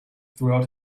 throughout